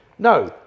No